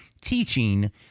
teaching